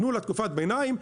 תנו תקופת ביניים,